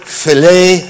filet